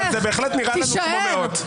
אבל זה בהחלט נראה לנו כמו מאות.